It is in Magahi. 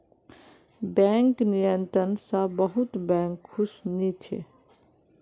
बैंक नियंत्रण स बहुत बैंक खुश नी छ